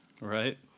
Right